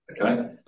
Okay